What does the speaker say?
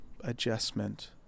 adjustment